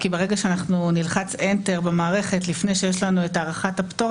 כי ברגע שאנחנו נלחץ enter במערכת לפני שיש לנו את הארכת הפטור,